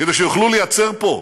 כדי שיוכלו לייצר פה.